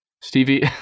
Stevie